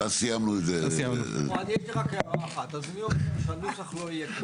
יש לי רק הערה אחת, אני אומר שהנוסח לא יהיה ככה.